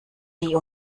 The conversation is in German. sie